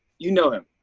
you know him?